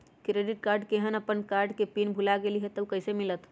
Credit card केहन अपन card के पिन भुला गेलि ह त उ कईसे मिलत?